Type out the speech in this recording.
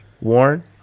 Warren